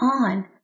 on